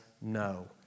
no